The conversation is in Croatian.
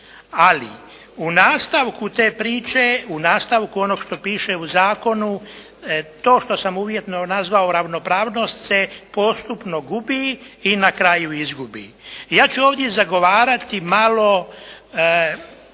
ali u nastavku te priče, u nastavku onog što pište u zakonu, to što sam uvjetno nazvao ravnopravnost se postupno gubi i na kraju izgubi. Ja ću ovdje zagovarati malo